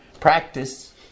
Practice